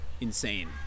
insane